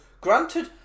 Granted